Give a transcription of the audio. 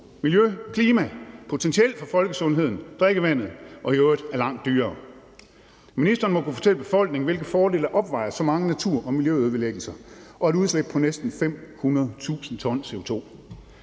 miljøet og klimaet og potentielt også for folkesundheden og drikkevandet og den i øvrigt er langt dyrere. Ministeren må kunne fortælle befolkningen, hvilke fordele der opvejer, at der er så mange natur- og miljøødelæggelser og et udslip på næsten 500.000 t CO2.